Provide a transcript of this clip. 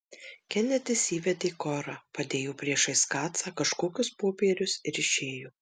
kenedis įvedė korą padėjo priešais kacą kažkokius popierius ir išėjo